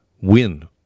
win